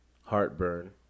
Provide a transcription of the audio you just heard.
heartburn